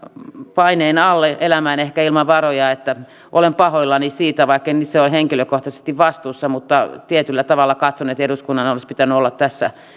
paineen alle elämään ehkä ilman varoja olen pahoillani siitä vaikka en itse ole henkilökohtaisesti vastuussa tietyllä tavalla katson että eduskunnan olisi pitänyt olla tässä ehkä